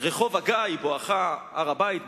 רחוב הגיא בואכה הר-הבית,